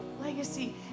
legacy